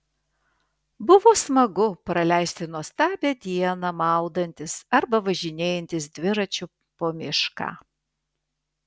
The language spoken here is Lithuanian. buvo smagu praleisti nuostabią dieną maudantis arba važinėjantis dviračiu po mišką